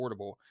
affordable